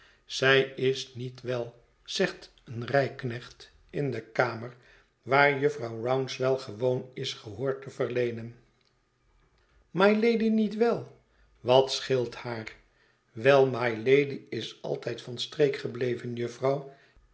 zij is niet wel zegt een rijknecht in de kamer waar jufvrouw rouncewell gewoon is gehoor te verleenen mylady niet wel wat scheelt haar wel mylady is altijd van streek gebleven jufvrouw